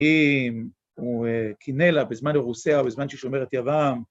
אם הוא קינא לה בזמן אירוסיה, בזמן ששומרת יבם